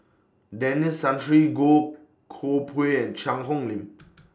Denis Santry Goh Koh Pui and Cheang Hong Lim